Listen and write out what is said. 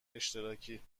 اشتراکی